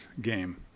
game